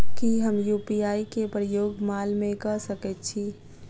की हम यु.पी.आई केँ प्रयोग माल मै कऽ सकैत छी?